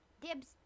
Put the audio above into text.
Dibs